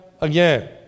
again